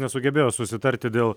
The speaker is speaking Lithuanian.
nesugebėjo susitarti dėl